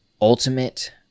ultimate